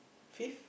fifth